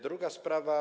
Druga sprawa.